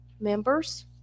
members